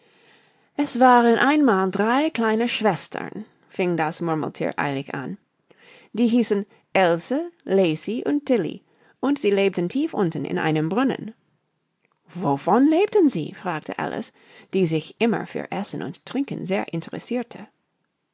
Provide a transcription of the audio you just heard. es waren einmal drei kleine schwestern fing das murmelthier eilig an die hießen else lacie und tillie und sie lebten tief unten in einem brunnen wovon lebten sie fragte alice die sich immer für essen und trinken sehr interessirte